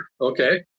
okay